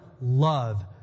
love